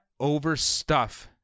overstuff